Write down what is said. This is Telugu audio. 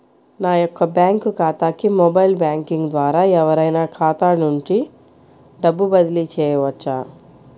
నా యొక్క బ్యాంక్ ఖాతాకి మొబైల్ బ్యాంకింగ్ ద్వారా ఎవరైనా ఖాతా నుండి డబ్బు బదిలీ చేయవచ్చా?